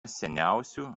seniausių